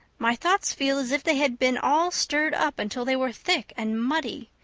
my thoughts feel as if they had been all stirred up until they were thick and muddy.